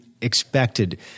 expected